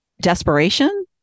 desperation